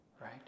Right